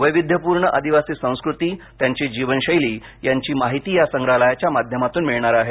वैविध्यपूर्ण आदिवासी संस्कृती त्यांची जीवनशैली यांची माहिती या संग्रहालयाच्या माध्यमातून मिळणार आहे